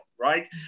right